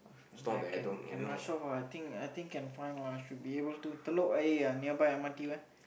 never mind can can rush off ah I think I think can find one I should be able to Telok Ayer ah nearby M_R_T one